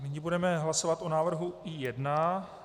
Nyní budeme hlasovat o návrhu I1.